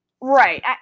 Right